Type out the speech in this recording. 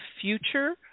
future